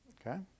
okay